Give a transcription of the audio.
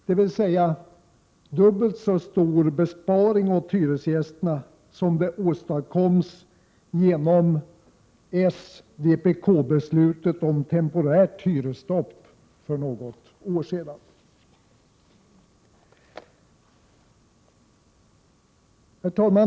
Det är en dubbelt så stor besparing åt hyresgästerna som den som för något år sedan åstadkoms genom s — vpk-beslutet om temporärt hyresstopp. Herr talman!